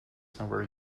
somewhere